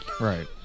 Right